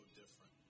different